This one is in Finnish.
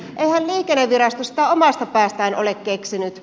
eihän liikennevirasto sitä omasta päästään ole keksinyt